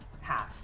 half